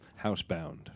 Housebound